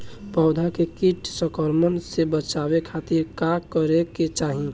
पौधा के कीट संक्रमण से बचावे खातिर का करे के चाहीं?